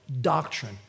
doctrine